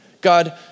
God